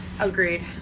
Agreed